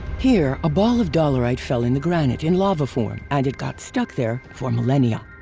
here, a ball of dolerite fell in the granite in lava form and it got stuck there for millennia.